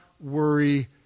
worry